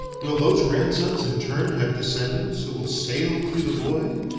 will those grandsons in turn have descendants who will sail through the void,